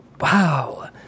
Wow